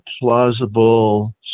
plausible